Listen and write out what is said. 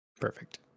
perfect